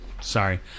sorry